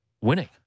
winning